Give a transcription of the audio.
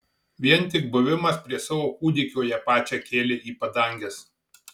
vien tik buvimas prie savo kūdikio ją pačią kėlė į padanges